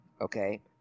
Okay